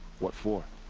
what for?